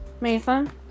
mason